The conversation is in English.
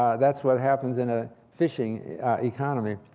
that's what happens in a phishing economy.